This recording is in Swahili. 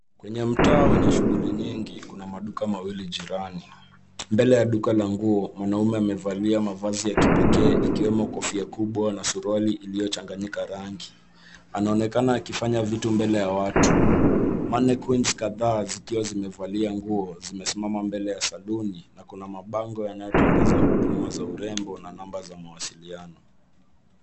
Kwenye mtaa wenye shughuli nyingi, kuna maduka mawili jirani. Mbele ya duka la nguo, mwanamume amevalia mavazi ya kipekee ikiwemo kofia kubwa na suruali iliyochanganyika rangi. Anaonekana akifanya vitu mbele ya watu. Mannequins kadhaa zikiwa zimevalia nguo, zimesimama mbele ya saluni, na kuna mabango yanayotangaza huduma za urembo na namba za mawasiliano.